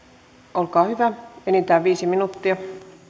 olkaa hyvä enintään viisi minuuttia